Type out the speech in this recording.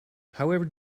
however